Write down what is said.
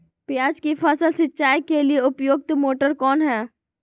प्याज की फसल सिंचाई के लिए उपयुक्त मोटर कौन है?